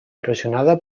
erosionada